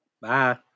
Bye